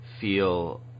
feel